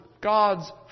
God's